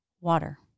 water